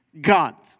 God